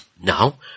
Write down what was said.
Now